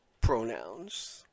pronouns